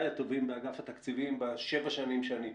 הטובים באגף התקציבים בשבע השנים שאני פה.